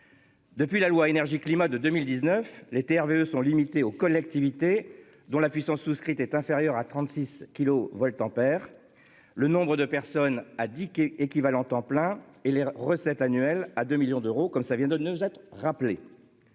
Depuis la loi énergie-climat de 2019 les TRV sont limités aux collectivités dont la puissance souscrite est inférieur à 36 kilos VA. Le nombre de personnes, a dit qu'est équivalent temps plein et les recettes annuelles à 2 millions d'euros, comme ça vient de nous être rappelé.